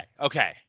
Okay